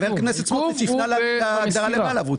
העיכוב הוא במסירה.